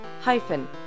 hyphen